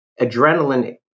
adrenaline